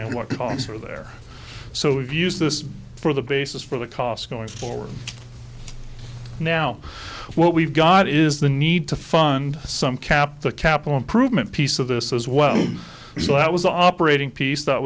volunteer their so we've used this for the basis for the costs going forward now what we've got is the need to fund some cap the capital improvement piece of this as well so that was the operating piece that